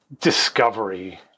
discovery